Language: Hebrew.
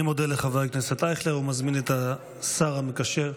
אני מודה לחברי הכנסת אייכלר ומזמין את השר המקשר.